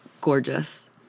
gorgeous